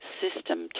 system